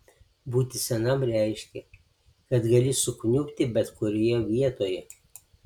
būti senam reiškė kad gali sukniubti bet kurioje vietoje